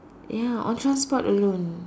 ya on transport alone